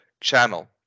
channel